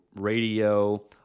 radio